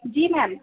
जी ma'am